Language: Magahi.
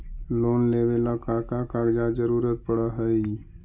लोन लेवेला का का कागजात जरूरत पड़ हइ?